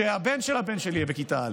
כשהבן של הבן שלי יהיה בכיתה א'.